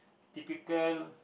typical